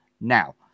now